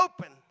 open